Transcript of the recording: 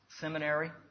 Seminary